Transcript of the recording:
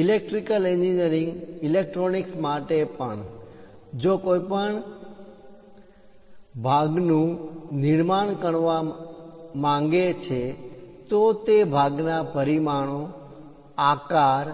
electrical engineering electronics માટે પણ જો કોઈપણ ઇલેક્ટ્રિકલ એન્જિનિયરિંગ ઇલેક્ટ્રોનિક્સ ને લગતા ભાગનું ઘટકનું નિર્માણ કરવા માંગે છે તો તે ભાગ ના પરિમાણો આકાર